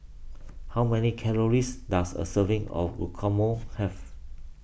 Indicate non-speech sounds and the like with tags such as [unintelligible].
how many calories does a serving of [unintelligible] have